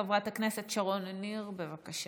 חברת הכנסת שרון ניר, בבקשה.